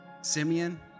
simeon